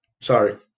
Sorry